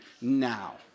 Now